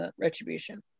retribution